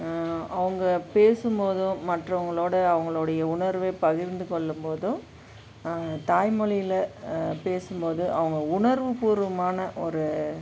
அவங்க பேசும் போதும் மற்றவர்களோட அவர்களோடைய உணர்வை பகிர்ந்துக்கொள்ளும் போதும் தாய்மொழில பேசும்போது அவங்க உணர்வுபூர்வமான ஒரு